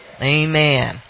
Amen